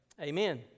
Amen